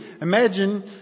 Imagine